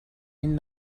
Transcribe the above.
این